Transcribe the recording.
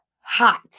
hot